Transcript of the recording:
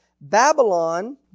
Babylon